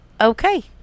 okay